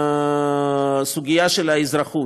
הסוגיה של האזרחות,